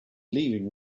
leaving